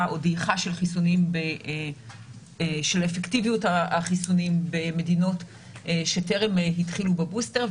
או דעיכה של אפקטיביות החיסונים במדינות שטרם התחילו בבוסטר,